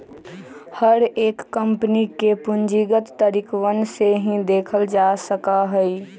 हर एक कम्पनी के पूंजीगत तरीकवन से ही देखल जा सका हई